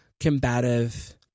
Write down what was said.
combative